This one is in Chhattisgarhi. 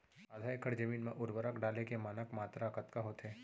आधा एकड़ जमीन मा उर्वरक डाले के मानक मात्रा कतका होथे?